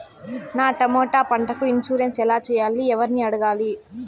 నా టమోటా పంటకు ఇన్సూరెన్సు ఎలా చెయ్యాలి? ఎవర్ని అడగాలి?